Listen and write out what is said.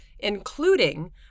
including